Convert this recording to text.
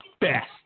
best